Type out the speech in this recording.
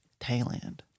Thailand